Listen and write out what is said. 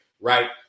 right